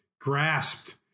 grasped